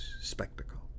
spectacle